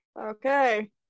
Okay